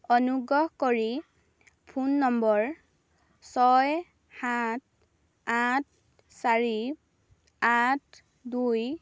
অনুগ্ৰহ কৰি phone number ছয় সাত আঠ চাৰি আঠ দুই